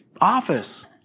office